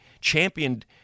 championed